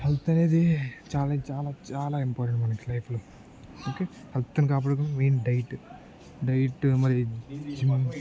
health అనేది చాలా చాలా చాలా ఇంపార్టెంట్ మనకు లైఫ్లో ఓకే హెల్త్ని కాపడుకోవడం మెయిన్ డైట్ డైట్ మరి